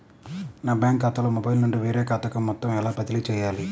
నా బ్యాంక్ ఖాతాలో మొబైల్ నుండి వేరే ఖాతాకి మొత్తం ఎలా బదిలీ చేయాలి?